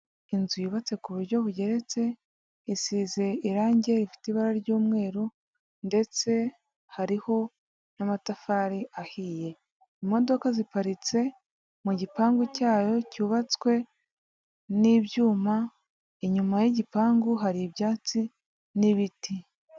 Inzu yubatse ku buryo bugeretse, isize irangi rifite ibara ry'umweru ndetse hariho n'amatafari ahiye, imodoka ziparitse mu gipangu cyayo cyubatswe n'ibyuma, inyuma y'igipangu hari ibyatsi n'ibiti.